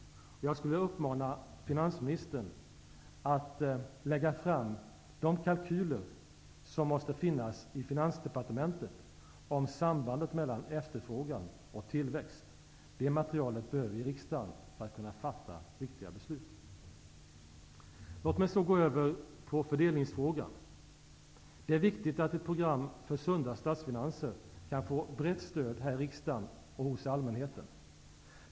Jag skulle vilja uppmana finansministern att lägga fram de kalkyler som måste finnas i Finansdepartementet om sambandet mellan efterfrågan och tillväxt. Det materialet behöver vi ha i riksdagen för att kunna fatta riktiga beslut. Låt mig så gå över till fördelningsfrågan. Det är viktigt att ett program för sunda statsfinanser kan få brett stöd här i riksdagen och hos allmänheten.